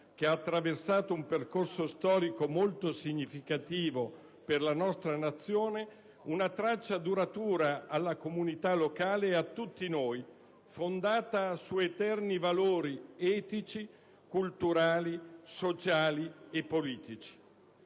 che ha attraversato un periodo storico molto significativo per la nostra Nazione, una traccia duratura alla comunità locale e a tutti noi, fondata su eterni valori etici, culturali, sociali e politici.